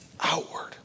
outward